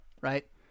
right